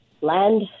land